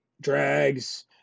Drags